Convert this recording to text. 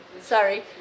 Sorry